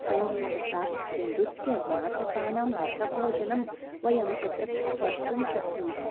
सङ्गीतसाहित्यनृत्यनाटकानां रसभोजनं वयं तत्र कर्तुं शक्नुमः